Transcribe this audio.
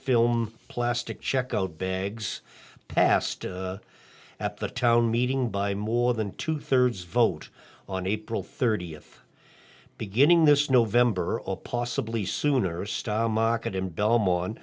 film plastic check out bags passed at the town meeting by more than two thirds vote on april thirtieth beginning this november or possibly sooner a stock market in belmont